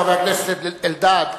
חבר הכנסת אלדד.